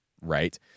right